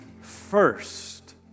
first